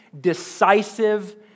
decisive